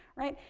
right.